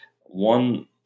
One